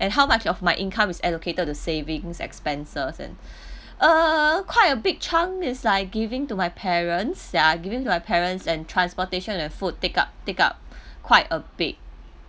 and how much of my income is allocated to savings expenses and err quite a big chunk is like giving to my parents ya giving to my parents and transportation and food take up take up quite a big